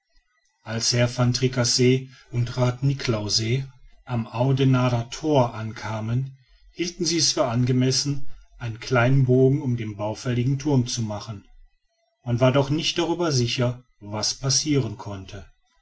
als herr van tricasse und rath niklausse am audenarder thor ankamen hielten sie es für angemessen einen kleinen bogen um den baufälligen thurm zu machen man war doch nicht darüber sicher was passiren konnte